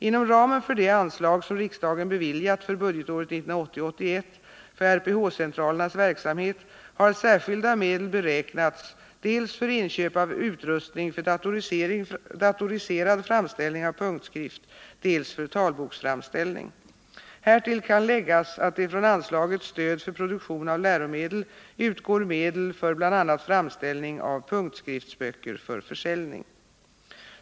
Inom ramen för det anslag som riksdagen beviljat för budgetåret 1980/81 för RPH-centralernas verksamhet har särskilda medel beräknats dels för inköp av utrustning för datoriserad framställning av punktskrift, dels för talboksframställning. Härtill kan läggas att det från anslaget Stöd för produktion av läromedel utgår medel för bl.a. framställning av punktskriftsböcker för försäljning.